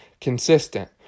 consistent